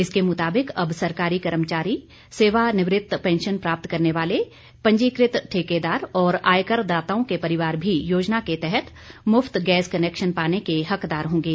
इसके मुताबिक अब सरकारी कर्मचारी सेवानिवृत्ति पेंशन प्राप्त करने वाले पंजीकृत ठेकेदार और आयकरदाताओं के परिवार भी योजना के तहत मुफ्त गैस कनेक्शन पाने के हकदार होंगे